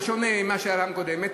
בשונה ממה שהיה בפעם הקודמת,